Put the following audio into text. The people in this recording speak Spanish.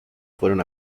fueron